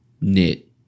knit